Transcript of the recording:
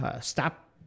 stop